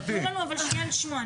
--- אביר, תנו לנו שנייה לשמוע.